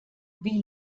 wie